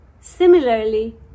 Similarly